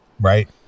Right